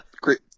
Great